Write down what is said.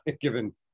given